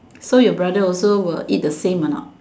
so your brother also will eat the same a not